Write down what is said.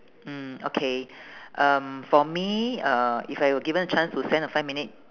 mm okay um for me uh if I were given a chance to send a five minute